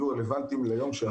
יהיו רלוונטיים ליום שאחרי.